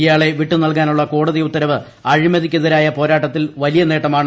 ഇയാളെ വിട്ട് നൽകാനുള്ള കോടതി ഉത്തരവ് അഴിമത്തിക്കെതിരായ പോരാട്ടത്തിൽ വലിയ നേട്ടമാണ്